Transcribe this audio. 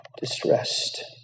distressed